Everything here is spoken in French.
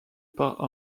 par